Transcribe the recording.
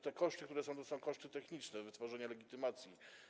Te koszty, które są tutaj, to są koszty techniczne wytworzenia legitymacji.